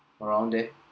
around there